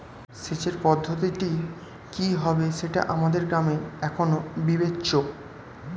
সেচের পদ্ধতিটি কি হবে সেটা আমাদের গ্রামে এখনো বিবেচ্য